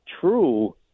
true